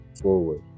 forward